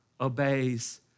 obeys